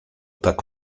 tak